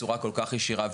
ככה.